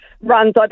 runs